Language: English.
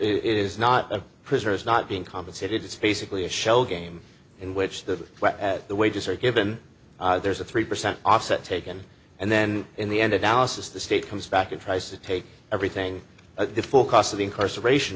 is not a prisoner is not being compensated it's basically a shell game in which the wages are given there's a three percent offset taken and then in the end analysis the state comes back and tries to take everything the full cost of incarceration